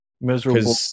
Miserable